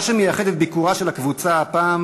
מה שמייחד את ביקורה של הקבוצה הפעם